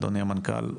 אדוני המנכ"ל,